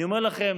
אני אומר לכם,